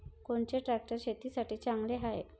कोनचे ट्रॅक्टर शेतीसाठी चांगले हाये?